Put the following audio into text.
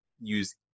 use